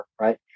right